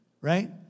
right